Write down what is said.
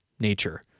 nature